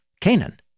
Canaan